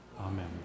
Amen